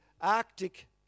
Arctic